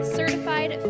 certified